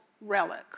relic